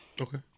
Okay